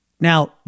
Now